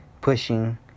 pushing